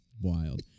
wild